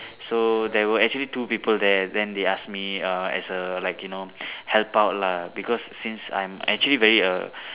so there were actually two people there then they ask me uh as a like you know help out lah because since I'm actually very a